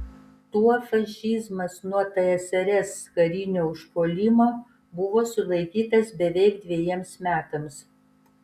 tuo fašizmas nuo tsrs karinio užpuolimo buvo sulaikytas beveik dvejiems metams